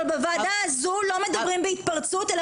אבל בוועדה הזו לא מדברים בהתפרצות אלא